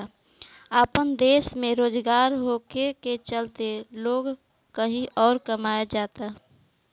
आपन देश में रोजगार के कमी होखे के चलते लोग कही अउर कमाए जाता